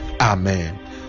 amen